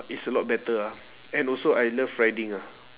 it's a lot better ah and also I love riding ah